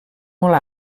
molt